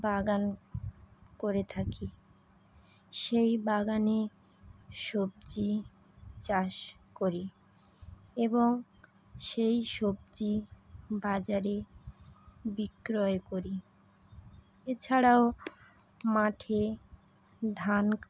বাগান করে থাকি সেই বাগানে সবজি চাষ করি এবং সেই সবজি বাজারে বিক্রয় করি এছাড়াও মাঠে ধান